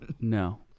No